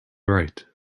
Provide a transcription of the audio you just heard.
right